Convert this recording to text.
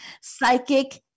Psychic